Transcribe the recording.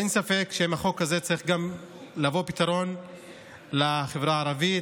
אין ספק שעם החוק הזה צריך לבוא פתרון לחברה הערבית.